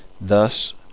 Thus